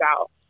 out